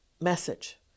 message